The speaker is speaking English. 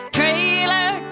trailer